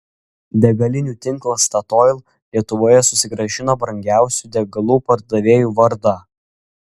degalinių tinklas statoil lietuvoje susigrąžino brangiausių degalų pardavėjų vardą